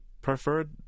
preferred